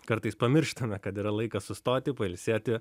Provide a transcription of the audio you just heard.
kartais pamirštame kad yra laikas sustoti pailsėti